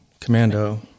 commando